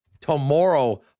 Tomorrow